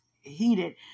heated